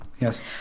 Yes